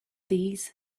these